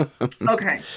okay